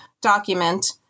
document